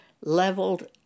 leveled